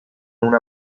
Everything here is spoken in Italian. una